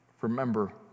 remember